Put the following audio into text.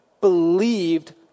believed